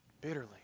Bitterly